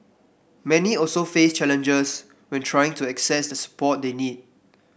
many also face challenges when trying to access the support they need